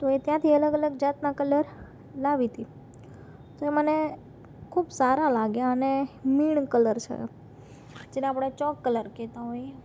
તો એ ત્યાંથી અલગ અલગ જાતના કલર લાવી હતી તો એ મને ખૂબ સારા લાગ્યા અને મીણ કલર છે જેને આપણે ચોક કલર કહેતા હોઈએ